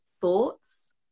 thoughts